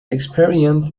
experience